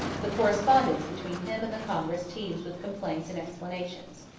the correspondence between him and the congress teems with complaints and explanations.